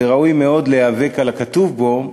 וראוי מאוד להיאבק על הכתוב בו.